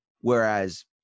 whereas